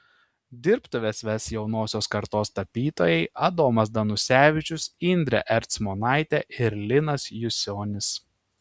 dirbtuves ves jaunosios kartos tapytojai adomas danusevičius indrė ercmonaitė ir linas jusionis